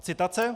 Citace: